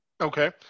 Okay